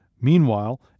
Meanwhile